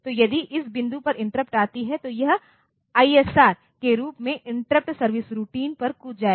तो यदि इस बिंदु पर इंटरप्ट आती है तो यह आईएसआर के अनुरूप इंटरप्ट सर्विस रूटीन पर कूद जाएगा